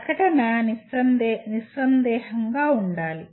ప్రకటన నిస్సందేహంగా ఉండాలి